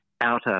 outer